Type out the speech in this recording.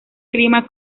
clima